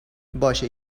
باشه